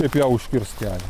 kaip ją užkirst kelią